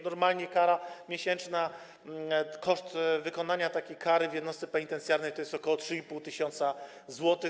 Normalnie kara miesięczna, koszt wykonania takiej kary w jednostce penitencjarnej to jest ok. 3,5 tys. zł.